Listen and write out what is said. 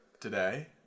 today